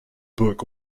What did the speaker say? book